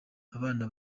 abana